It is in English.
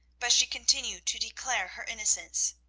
but she continued to declare her innocence.